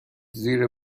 زیر